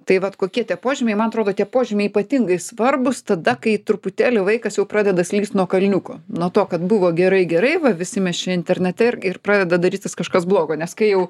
tai vat kokie tie požymiai man atrodo tie požymiai ypatingai svarbūs tada kai truputėlį vaikas jau pradeda slyst nuo kalniuko nuo to kad buvo gerai gerai va visi mes čia internete irg ir pradeda darytis kažkas blogo nes kai jau